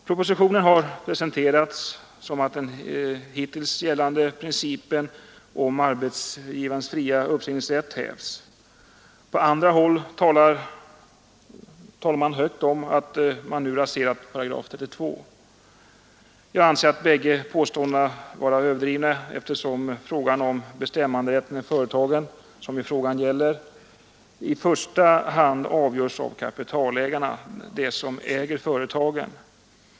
Propositionen har presenterats som om genom densamma den hittills gällande principen om arbetsgivarens fria uppsägningsrätt hävs. På andra håll talas det högt om att man nu raserat § 32. Jag anser bägge påståendena vara överdrivna, eftersom frågan om bestämmanderätten i företagen i första hand avgörs av kapitalägarna, dem som äger företagen.